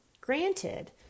Granted